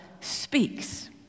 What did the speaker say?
speaks